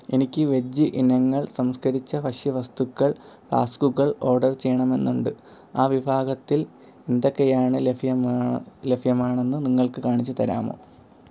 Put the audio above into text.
എനിക്ക് വെജ് ഇനങ്ങൾ സംസ്കരിച്ച ഭക്ഷ്യവസ്തുക്കൾ ഫ്ലാസ്കുകൾ ഓർഡർ ചെയ്യണമെന്നുണ്ട് ആ വിഭാഗത്തിൽ എന്തൊക്കെയാണ് ലഭ്യമ ലഭ്യമാണെന്ന് നിങ്ങൾക്ക് കാണിച്ചു തരാമോ